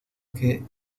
que